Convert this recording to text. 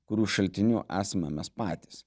kurių šaltiniu esame mes patys